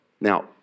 Now